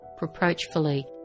reproachfully